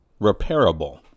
repairable